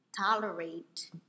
tolerate